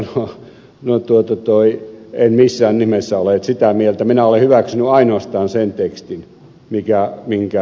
minä sanoin että no en missään nimessä ole sitä mieltä minä olen hyväksynyt ainoastaan sen tekstin minkä ed